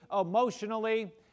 emotionally